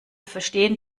verstehen